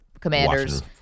Commanders